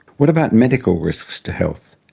what about medical risks to health?